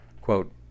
Quote